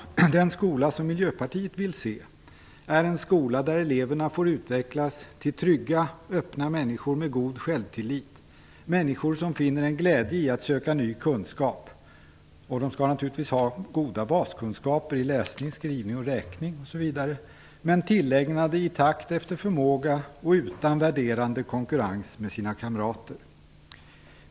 Den skola som Miljöpartiet vill se är en skola där eleverna får utvecklas till trygga, öppna människor med god självtillit, människor som finner en glädje i att söka ny kunskap. Och de skall naturligtvis ha goda baskunskaper i läsning, skrivning och räkning tillägnade i takt efter förmåga och utan värderande konkurrens med sina kamrater.